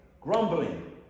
grumbling